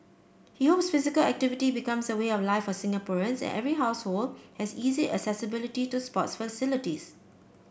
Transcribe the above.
he hopes physical activity becomes a way of life for Singaporeans and every household has easy accessibility to sports facilities